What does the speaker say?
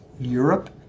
Europe